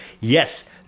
yes